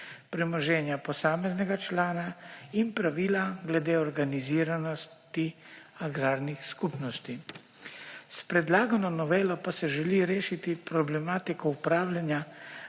premoženja posameznega člana in pravila glede organiziranosti agrarnih skupnosti. S predlagano novelo pa se želi rešiti problematika upravljanja